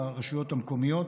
לרשויות המקומיות,